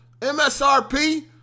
MSRP